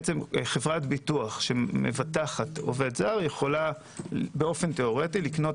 חברת ביטוח שמבטחת עובד זר יכולה תיאורטית לקנות